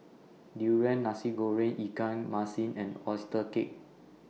Durian Nasi Goreng Ikan Masin and Oyster Cake